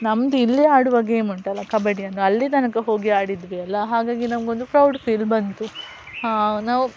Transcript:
ನಮ್ದು ಇಲ್ಲೇ ಆಡುವ ಗೇಮ್ ಉಂಟಲ್ಲ ಕಬಡ್ಡಿ ಅಂದರೆ ಅಲ್ಲೇ ತನಕ ಹೋಗಿ ಆಡಿದ್ವಿ ಅಲ್ಲ ಹಾಗಾಗಿ ನಮಗೊಂದು ಪ್ರೌಡ್ ಫೀಲ್ ಬಂತು ನಾವು